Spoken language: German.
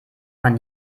man